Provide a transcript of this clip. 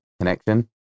connection